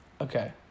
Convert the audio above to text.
Okay